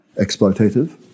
exploitative